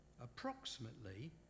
approximately